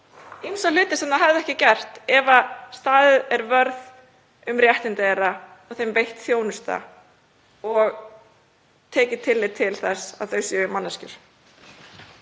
ýmsa hluti sem það hefði ekki gert ef staðinn væri vörður um réttindi þess og því veitt þjónusta og tekið tillit til þess að þau séu manneskjur.